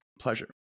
pleasure